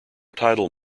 title